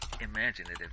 imaginative